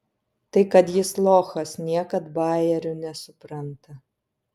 tai kad jis lochas niekad bajerių nesupranta